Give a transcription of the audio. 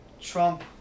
Trump